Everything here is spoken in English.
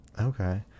okay